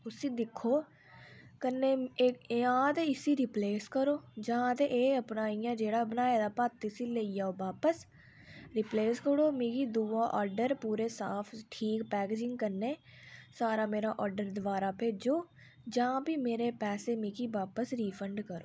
उस्सी दिक्खो कन्नै एह् जां ते इस्सी रिप्लेस करो जां ते एह् अपना इ'यां जेह्ड़ा बनाए दा भत्त इस्सी लेई जाओ बापस रिप्लेस करी ओड़ो मिगी दूआ आर्डर पूरे साफ ठीक पैकेजिंग कन्नै सारा मेरा आर्डर दोबारा भेजो जां भी मेरे पैसे मिगी बापस रीफंड करो